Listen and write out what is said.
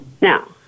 Now